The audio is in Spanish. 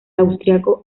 austríaco